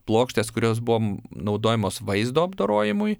plokštės kurios buvo naudojamos vaizdo apdorojimui